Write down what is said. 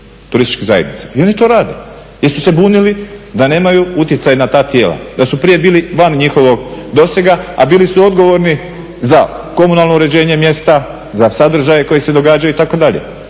turističkih zajednica i oni to rade. Jesu se bunili da nemaju utjecaj na ta tijela, da su prije bili van njihovog dosega, a bili su odgovorni za komunalno uređenje mjesta, za sadržaje koje se događaju itd.